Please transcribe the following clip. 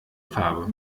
farbe